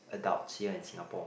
adults here in Singapore